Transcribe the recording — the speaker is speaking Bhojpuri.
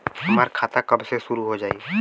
हमार खाता कब से शूरू हो जाई?